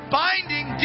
binding